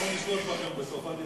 אנחנו נשלוט בכם בסוף.